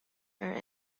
are